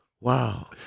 Wow